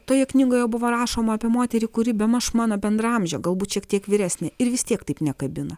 toje knygoje buvo rašoma apie moterį kuri bemaž mano bendraamžė galbūt šiek tiek vyresnė ir vis tiek taip nekabina